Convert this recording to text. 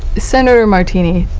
senator martiny,